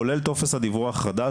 כולל טופס הדיווח החדש,